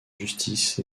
justice